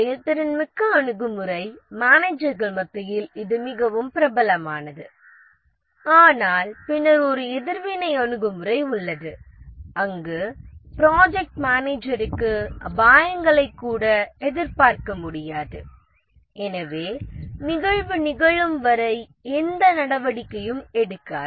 செயல்திறன்மிக்க அணுகுமுறை மேனேஜர்கள் மத்தியில் இது மிகவும் பிரபலமானது ஆனால் பின்னர் ஒரு எதிர்வினை அணுகுமுறை உள்ளது அங்கு ப்ராஜெக்ட் மேனேஜருக்கு அபாயங்களை கூட எதிர்பார்க்க முடியாது எனவே நிகழ்வு நிகழும் வரை எந்த நடவடிக்கையும் எடுக்காது